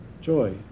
joy